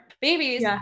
babies